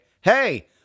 Hey